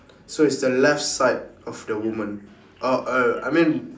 so it's the left side of the woman uh err I mean